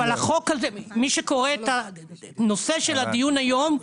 מי שקורא את הנושא של הדיון היום,